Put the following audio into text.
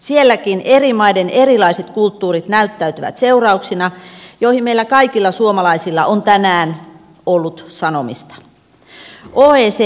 sielläkin eri maiden erilaiset kulttuurit näyttäytyvät seurauksina joihin meillä kaikilla suomalaisilla on tänään ollut sanomista